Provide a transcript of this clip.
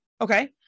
okay